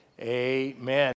Amen